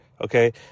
okay